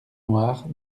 noirs